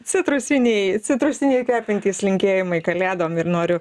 citrusiniai citrusiniai kvepiantys linkėjimai kalėdom ir noriu